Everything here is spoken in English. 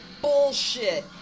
bullshit